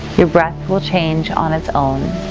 your breath will change on its own.